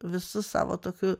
visu savo tokiu